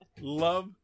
Love